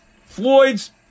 Floyd's